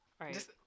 right